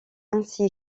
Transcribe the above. ainsi